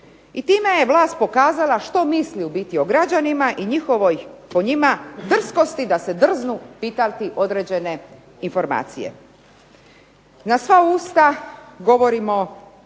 I time je vlast pokazala što misli u biti o građanima i njihovoj, o njima, drskosti da se drznu pitati određene informacije. Na sva usta govorimo